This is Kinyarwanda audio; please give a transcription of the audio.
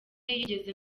yigeze